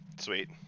Sweet